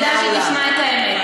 כדאי שהיא תשמע את האמת.